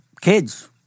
kids